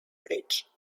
bridge